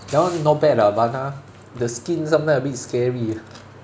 that one not bad lah but ah the skin sometimes a bit scary